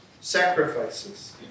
sacrifices